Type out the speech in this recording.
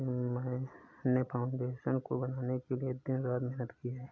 मैंने फाउंडेशन को बनाने के लिए दिन रात मेहनत की है